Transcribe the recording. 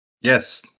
Yes